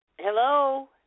Hello